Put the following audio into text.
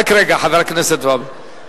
רק רגע, חבר הכנסת והבה.